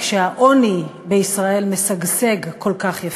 כשהעוני בישראל משגשג כל כך יפה.